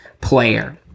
player